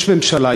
יש ממשלה,